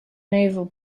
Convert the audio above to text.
naval